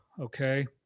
Okay